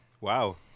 Wow